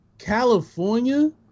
California